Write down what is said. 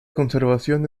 conservación